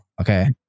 okay